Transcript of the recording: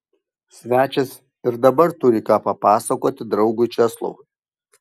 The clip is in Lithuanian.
svečias ir dabar turi ką papasakoti draugui česlovui